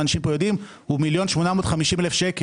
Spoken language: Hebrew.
אנשים פה יודעים הוא 1.850 מיליון שקלים.